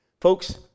Folks